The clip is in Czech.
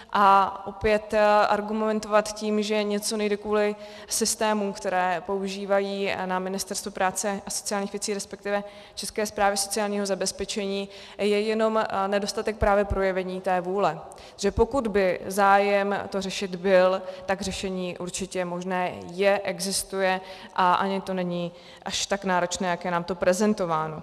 A opět argumentovat tím, že něco nejde kvůli systémům, které používají na Ministerstvu práce a sociálních věcí, resp. České správě sociálního zabezpečení, je jenom nedostatek právě projevení té vůle, že pokud by zájem to řešit byl, tak řešení určitě možné je, existuje a ani to není až tak náročné, jak je nám to prezentováno.